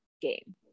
game